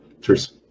Cheers